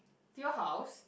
your house